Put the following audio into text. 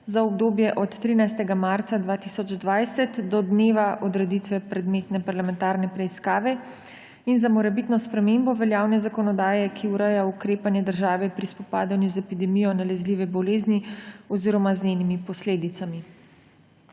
za obdobje od 13. marca 2020 do dneva odreditve predmetne parlamentarne preiskave in za morebitno spremembo veljavne zakonodaje, ki ureja ukrepanje države pri spopadanju z epidemijo nalezljive bolezni oziroma njenimi posledicami.